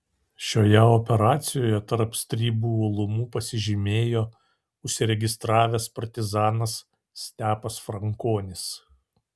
šioje operacijoje tarp stribų uolumu pasižymėjo užsiregistravęs partizanas stepas frankonis